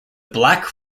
black